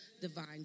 divine